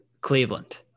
Cleveland